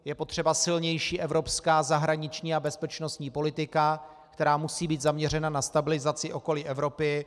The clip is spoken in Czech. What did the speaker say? Je potřeba silnější evropská zahraniční a bezpečnostní politika, která musí být zaměřena na stabilizaci okolí Evropy.